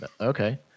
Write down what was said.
Okay